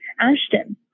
Ashton